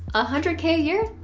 ah hundred k a year!